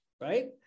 Right